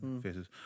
Faces